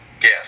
yes